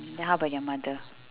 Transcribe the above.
then how about your mother